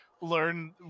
learn